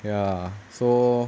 ya so